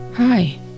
Hi